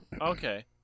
Okay